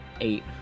Eight